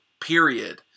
period